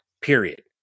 Period